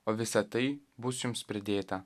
o visa tai bus jums pridėta